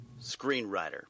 screenwriter